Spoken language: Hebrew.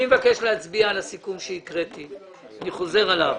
אני מבקש להצביע על הסיכום שהקראתי ואני חוזר עליו.